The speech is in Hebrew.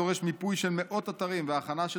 הדורש מיפוי של מאות אתרים והכנה של